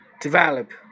develop